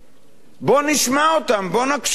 בוא נשמע אותם, בוא נקשיב להם.